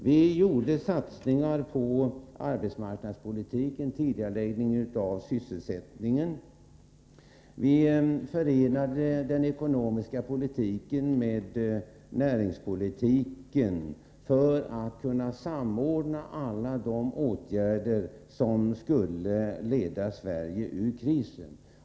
Vi satsade på arbetsmarknadspolitiken och på tidigareläggning av sysselsättningsobjekt. Vi förenade den ekonomiska politiken med näringspolitiken för att kunna samordna alla de åtgärder som skulle leda Sverige ur krisen.